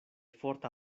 forta